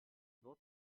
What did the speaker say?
nur